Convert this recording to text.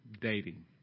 dating